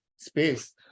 Space